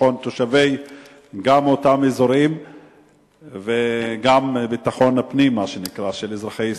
בביטחון תושבי אותם אזורים וגם בביטחון הפנים של אזרחי ישראל,